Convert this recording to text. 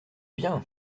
bien